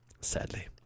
sadly